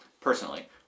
personally